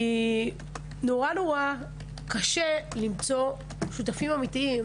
כי נורא נורא קשה למצוא שותפים אמיתיים